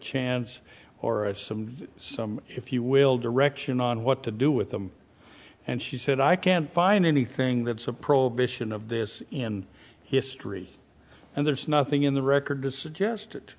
chance or as some some if you will direction on what to do with them and she said i can't find anything that's a prohibition of this in history and there's nothing in the record